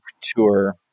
tour